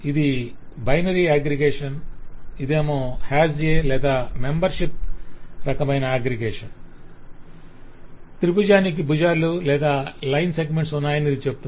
ఇది binary aggregation ఇది HAS లేదా మెమ్బర్షిప్ రకమైన అగ్రిగేషన్ త్రిభుజానికి భుజాలు లేదా లైన్ సెగమెంట్స్ ఉన్నాయని ఇది చెబుతుంది